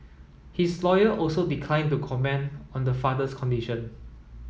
his lawyer also declined to comment on the father's condition